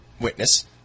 Witness